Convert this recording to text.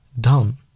dumb